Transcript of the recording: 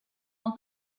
all